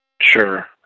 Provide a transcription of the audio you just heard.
Sure